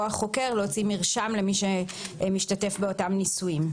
החוקר להוציא מרשם למי שמשתתף באותם ניסויים.